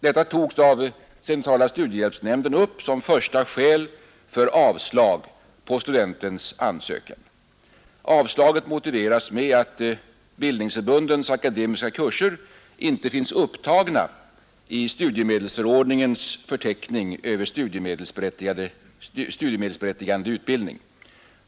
Detta togs av centrala studiehjälpsnämnden upp som första skäl för avslag på studentens ansökan. Avslaget motiveras med att bildningsförbundens akademiska kurser inte finns upptagna i studiemedelsförordningens förteckning över studiemedelsberättigande utbildning.